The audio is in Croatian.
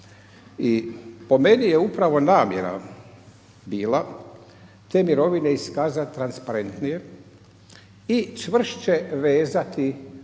I po meni je upravo namjera bila te mirovine iskazati transparentnije i čvršće vezati